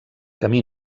camí